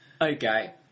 Okay